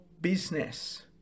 business